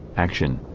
action.